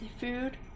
food